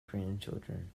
grandchildren